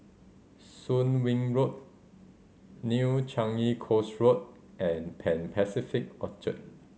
Soon Wing Road New Changi Coast Road and Pan Pacific Orchard